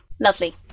Lovely